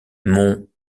mon